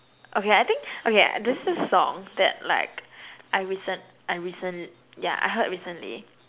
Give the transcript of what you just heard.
okay I think okay there's this song that like I recent I recent yeah I heard recently